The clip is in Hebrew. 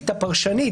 הפרשנית,